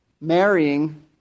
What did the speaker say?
marrying